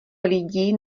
lidí